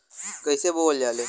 कईसे बोवल जाले?